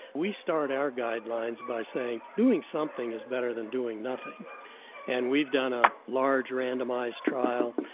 we start our guidelines by saying doing something is better than doing nothing and we've done a large randomised trial,